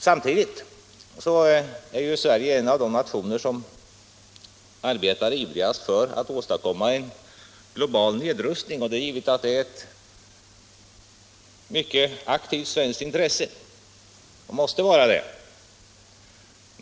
Samtidigt är Sverige en av de nationer som ivrigast arbetar för att åstadkomma en global nedrustning. Det är givet att det är ett mycket aktivt svenskt intresse, och måste vara det.